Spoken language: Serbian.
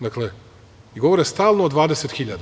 Dakle, govore stalno o 20.000.